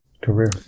career